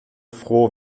froh